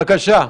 בבקשה.